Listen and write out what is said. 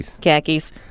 Khakis